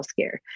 healthcare